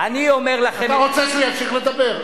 אתה רוצה שהוא ימשיך לדבר?